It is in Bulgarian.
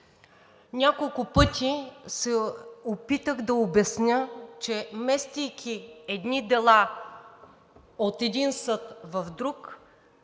Няколко пъти се опитах да обясня, че местейки едни дела от един съд в друг